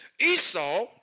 Esau